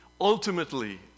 ultimately